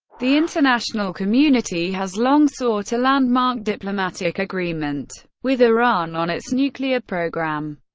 the international community has long sought a landmark diplomatic agreement with iran on its nuclear program,